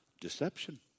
Deception